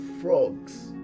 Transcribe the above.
frogs